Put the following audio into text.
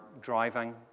driving